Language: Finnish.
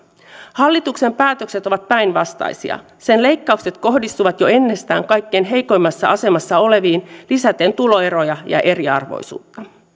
hallituksen päätökset ovat päinvastaisia sen leikkaukset kohdistuvat jo ennestään kaikkein heikoimmassa asemassa oleviin lisäten tuloeroja ja eriarvoisuutta